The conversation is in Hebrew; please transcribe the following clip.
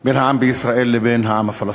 בישראל לבין העם הפלסטיני.